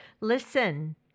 Listen